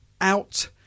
out